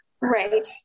Right